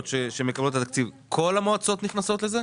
שמקבלות את התקציב כל הרשויות נכנסות לזה?